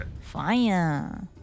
Fire